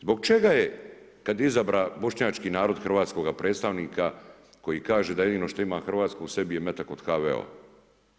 Zbog čega je kad je izabran Bošnjački narod hrvatskoga predstavnika, koji kaže da jedino što ima hrvatskoga u sebi je metak od HVO-a.